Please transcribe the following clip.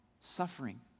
suffering